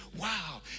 wow